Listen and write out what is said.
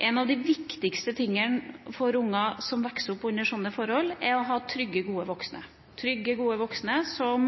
En av de viktigste tingene for unger som vokser opp under sånne forhold, er å ha trygge, gode voksne som